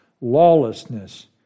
lawlessness